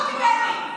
אתה לא פחות ממני.